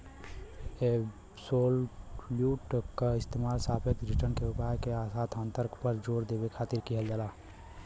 absolute क इस्तेमाल सापेक्ष रिटर्न के उपाय के साथ अंतर पर जोर देवे खातिर किहल जाला